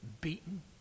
beaten